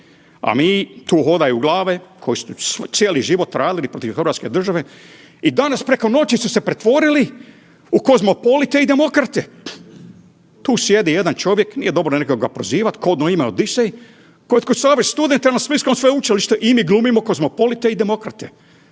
A mi tu hodaju glave koji su cijeli život radili protiv Hrvatske države i danas preko noći su se pretvorili u kozmopolite i demokrate. Tu sjedi jedan čovjek nije ga dobro prozivat, kodno ime Odisej koji je otkucavao studente na Splitskom sveučilištu i mi glumimo kozmopolite i demokrate.